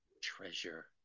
treasure